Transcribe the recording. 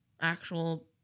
actual